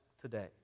today